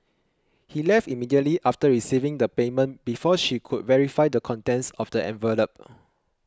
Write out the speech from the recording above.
he left immediately after receiving the payment before she could verify the contents of the envelope